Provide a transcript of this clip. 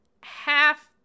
half-